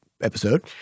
episode